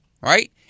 right